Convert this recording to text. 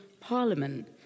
Parliament